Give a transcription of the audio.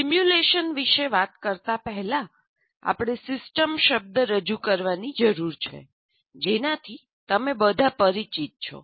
simulation વિશે વાત કરતા પહેલા આપણે 'સિસ્ટમ' શબ્દ રજૂ કરવાની જરૂર છે જેનાથી તમે બધા પરિચિત છો